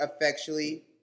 effectually